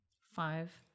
five